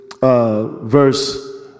Verse